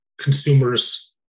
consumers